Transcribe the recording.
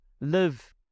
live